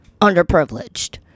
underprivileged